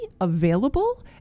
available